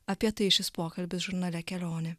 apie tai šis pokalbis žurnale kelionė